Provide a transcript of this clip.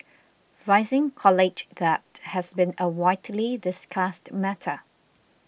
rising college debt has been a widely discussed matter